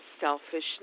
selfishness